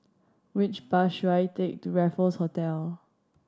which bus should I take to Raffles Hotel